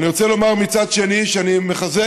אני רוצה לומר, מצד שני, שאני מחזק,